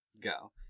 Go